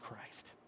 Christ